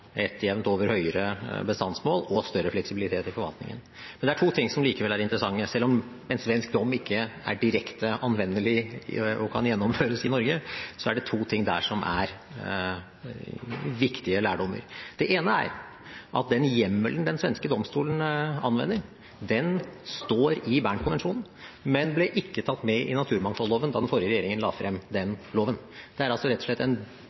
et jevnt over høyere bestandsmål og større fleksibilitet i forvaltningen. Men det er to ting som likevel er interessante. Selv om en svensk dom ikke er direkte anvendelig og kan gjennomføres i Norge, er det to ting der som er viktige lærdommer. Det ene er at den hjemmelen den svenske domstolen anvender, står i Bern-konvensjonen, men ble ikke tatt med i naturmangfoldloven da den forrige regjeringen la frem den loven. Det er rett og slett en